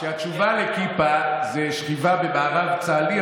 כשהתשובה לכיפה היא שכיבה במארב צה"לי,